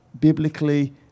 biblically